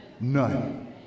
None